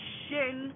shin